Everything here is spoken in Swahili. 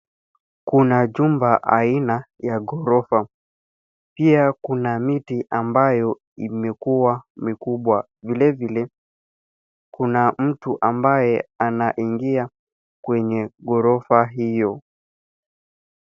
Kuna jumba aina ya ghorofa. Pia kuna miti ambayo imekua mikubwa. Vilevile kuna mtu ambaye anaingia kwenye ghorofa hiyo.